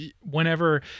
whenever